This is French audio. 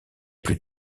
plus